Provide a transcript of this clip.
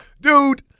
Dude